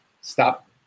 stop